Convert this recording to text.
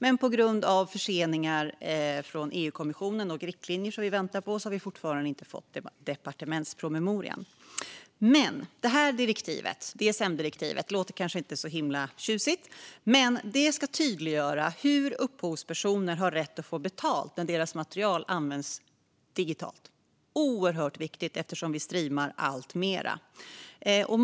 Men på grund av förseningar av de riktlinjer som vi väntar på från EU-kommissionen har det fortfarande ännu inte kommit en departementspromemoria. DSM-direktivet låter inte så himla tjusigt, men det ska tydliggöra hur upphovspersoner har rätt att få betalt när deras material används digitalt. Det är oerhört viktigt eftersom vi streamar alltmer.